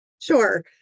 Sure